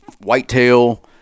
Whitetail